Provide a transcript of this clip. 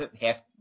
half –